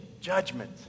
judgment